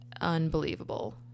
unbelievable